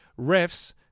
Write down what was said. refs